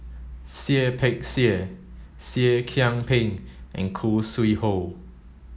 Seah Peck Seah Seah Kian Peng and Khoo Sui Hoe